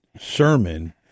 sermon